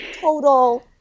total